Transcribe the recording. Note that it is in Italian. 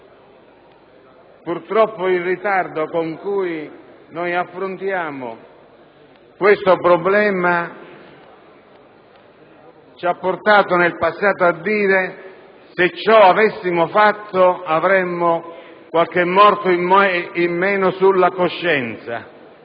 Purtroppo il ritardo con cui affrontiamo tale problema ci ha portato in passato a dire che se avessimo fatto ciò avremmo qualche morto in meno sulla coscienza.